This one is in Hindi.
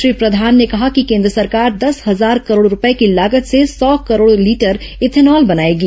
श्री प्रधान ने कहा कि केन्द्र सरकार दस हजार करोड़ रूपये की लागत से सौ करोड़ लीटर इथेनॉल बनाएगी